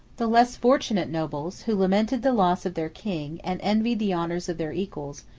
the less fortunate nobles, who lamented the loss of their king, and envied the honors of their equals,